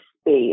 space